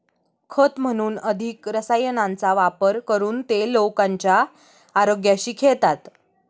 खत म्हणून अधिक रसायनांचा वापर करून ते लोकांच्या आरोग्याशी खेळतात